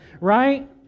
right